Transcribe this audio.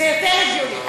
זה יותר הגיוני.